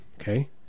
Okay